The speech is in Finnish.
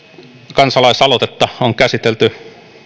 kansalaisaloitetta on käsitelty